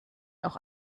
auch